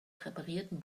präparierten